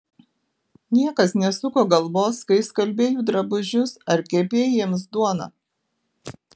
niekas nesuko galvos kai skalbei jų drabužius ar kepei jiems duoną